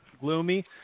gloomy